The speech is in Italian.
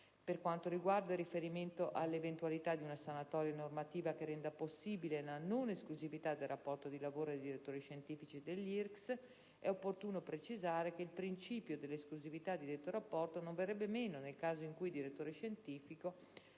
Per quanto riguarda il riferimento all'eventualità di una "sanatoria" normativa che renda possibile la non esclusività nel rapporto di lavoro dei direttori scientifici degli IRCCS, è opportuno precisare che il principio dell'esclusività di detto rapporto non verrebbe meno nel caso in cui il direttore scientifico